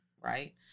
Right